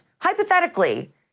hypothetically